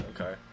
Okay